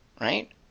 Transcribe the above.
right